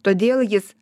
todėl jis